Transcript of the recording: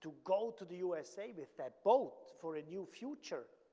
to go to the usa with that boat for a new future